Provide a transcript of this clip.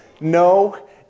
no